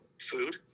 food